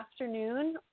afternoon